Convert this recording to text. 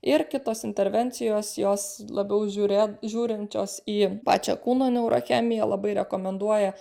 ir kitos intervencijos jos labiau žiūrėt žiūrinčios į pačią kūno neurochemiją labai rekomenduoja